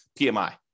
PMI